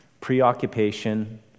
preoccupation